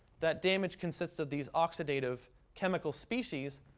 that damage consists of these oxidative chemical species,